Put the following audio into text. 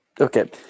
Okay